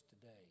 today